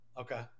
Okay